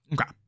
Okay